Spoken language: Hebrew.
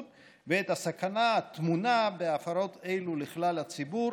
ואת הסכנה הטמונה בהפרות אלו לכלל הציבור.